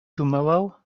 tomorrow